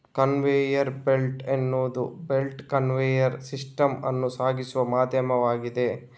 conveyor belt ಎನ್ನುವುದು belt conveyor system ಅನ್ನು ಸಾಗಿಸುವ ಮಾಧ್ಯಮವಾಗಿದೆ